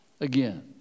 again